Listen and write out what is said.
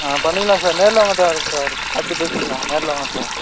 ஆ பண்ணிக்கலாம் சார் நேரில் வாங்க சார் சார் பார்த்து பேசிக்கலாம் நேரில் வாங்க சார்